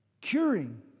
curing